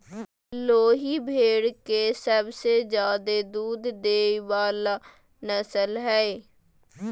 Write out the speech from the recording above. लोही भेड़ के सबसे ज्यादे दूध देय वला नस्ल हइ